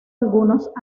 algunos